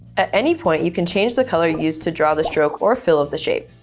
at any point you can change the color used to draw the stroke or fill of the shape.